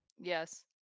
Yes